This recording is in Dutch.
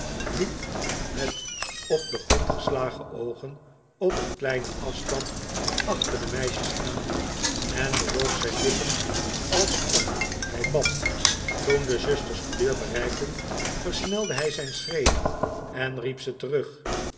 hep met op den grond geslagen oogen op een kleinen afstand achter de meisjes aan en bewoog zijn lippen alsof hij bad toen de zusters de deur bereikten versnelde hij zijn schreden en riep ze terug